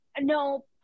no